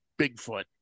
Bigfoot